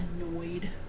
annoyed